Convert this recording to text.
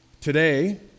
Today